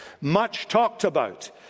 much-talked-about